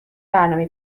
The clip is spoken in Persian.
برنامه